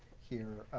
here,